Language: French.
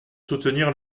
soutenir